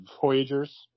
Voyagers